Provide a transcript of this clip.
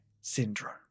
Syndrome